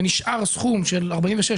ונשאר סכום של 46 מיליון שקל,